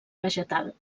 vegetal